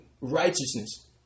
righteousness